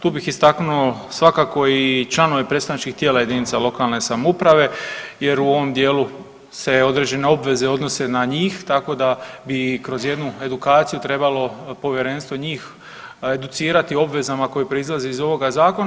Tu bih istaknuo svakako i članove predstavničkih tijela jedinica lokalne samouprave jer u ovom dijelu se određene obveze odnose na njih tako da bi i kroz jednu edukaciju trebalo povjerenstvo njih educirati o obvezama koje proizlaze iz ovoga zakona.